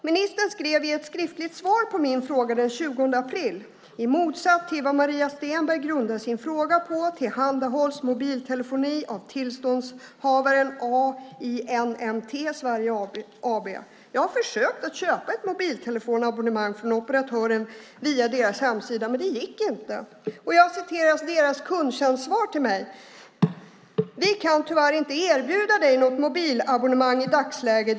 Ministern skrev i ett skriftligt svar på min fråga den 20 april: "I motsats till vad Maria Stenberg grundar sin fråga på tillhandahålls mobiltelefoni av tillståndshavaren AINMT Sverige AB." Jag har försökt köpa ett mobiltelefonabonnemang från operatören via deras hemsida, men det gick inte. Jag citerar deras kundtjänstsvar till mig: "Vi kan tyvärr inte erbjuda dig något mobilabonnemang i dagsläget.